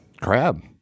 Crab